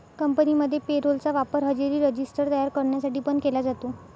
कंपनीमध्ये payroll चा वापर हजेरी रजिस्टर तयार करण्यासाठी पण केला जातो